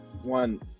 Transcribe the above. one